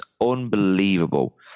unbelievable